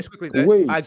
Wait